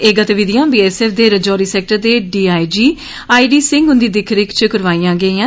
एह् गतिविधियां B S F दे राजौरी सैक्टर दे D I G I D Singh हुन्दी दिक्ख रिक्ख च करोआईयां गेइयां